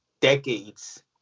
decades